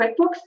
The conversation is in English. QuickBooks